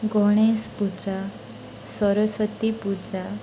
Ganesh Puja Saraswati Puja